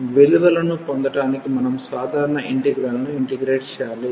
కాబట్టి విలువలను పొందడానికి మనం సాధారణ ఇంటిగ్రల్ ను ఇంటిగ్రేట్ చేయాలి